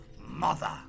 mother